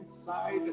inside